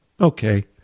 Okay